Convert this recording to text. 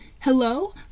Hello